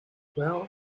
well